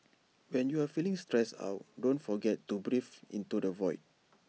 when you are feeling stressed out don't forget to breathe into the void